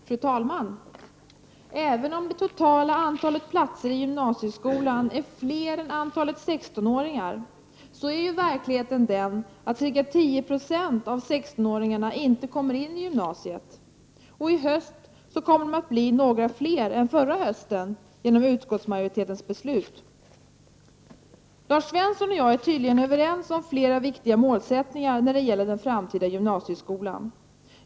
Fru talman! Även om det totala antalet platser i gymnasieskolan är större än antalet 16-åringar, är verkligheten den att ca 10 96 av 16-åringarna inte kommer in på gymnasiet. I höst kommer det att bli något fler än förra hösten, genom utskottsmajoritetens beslut. Lars Svensson och jag är tydligen överens om flera viktiga målsättningar när det gäller den framtida gymnasieskolan.